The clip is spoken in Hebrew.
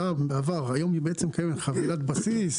בעבר הייתה חבילת בסיס,